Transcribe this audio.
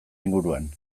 inguruan